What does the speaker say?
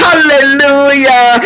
hallelujah